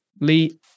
Lee